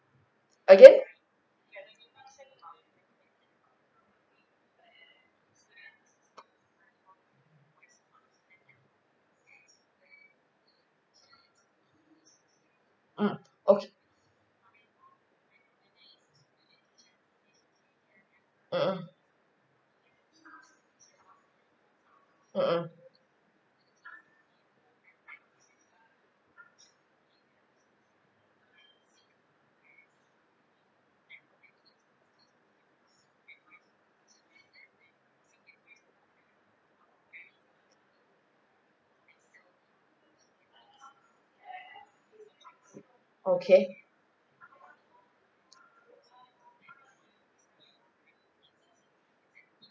again mm okay mmhmm mm mm okay